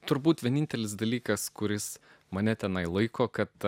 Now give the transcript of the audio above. turbūt vienintelis dalykas kuris mane tenai laiko kad